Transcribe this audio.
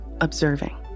observing